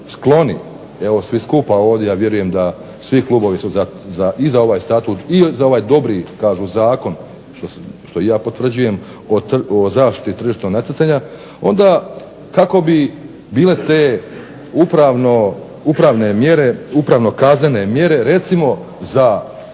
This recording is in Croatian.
evo svi skupa ovdje, ja vjerujem da svi klubovi su i za ovaj Statut i za ovaj dobri kažu zakon, što i ja potvrđujem o zaštiti tržišnog natjecanja onda kako bi bile te upravno-kaznene mjere recimo za